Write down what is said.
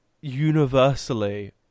universally